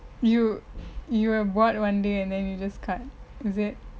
you you are bored one day and then you just cut is it